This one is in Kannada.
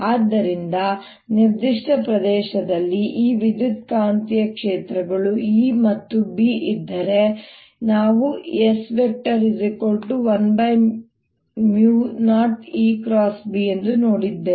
ಆದ್ದರಿಂದ ನಿರ್ದಿಷ್ಟ ಪ್ರದೇಶದಲ್ಲಿ ಈ ವಿದ್ಯುತ್ಕಾಂತೀಯ ಕ್ಷೇತ್ರಗಳು E ಮತ್ತು B ಇದ್ದರೆ ನಾವು S10EB ಎಂದು ನೋಡಿದ್ದೇವೆ